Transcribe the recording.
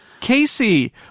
Casey